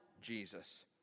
Jesus